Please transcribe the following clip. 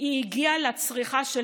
היא הגיע לצריכה של